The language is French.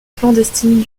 clandestine